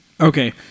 Okay